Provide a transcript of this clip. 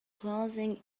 closing